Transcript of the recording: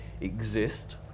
exist